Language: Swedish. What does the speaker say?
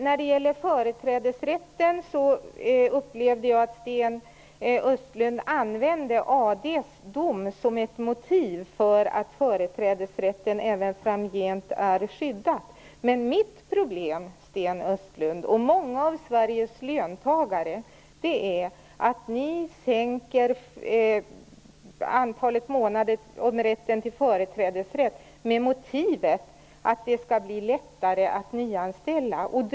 När det gäller företrädesrätten upplevde jag att Sten Östlund använde AD:s dom som ett motiv för att företrädesrätten även framgent är skyddad. Men mitt problem, Sten Östlund, och många av Sveriges löntagares, är att ni sänker antalet månader med företrädesrätt med motivet att det skall bli lättare att nyanställa.